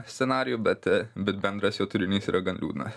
scenarijų bet bet bendras jo turinys yra gan liūdna